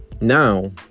now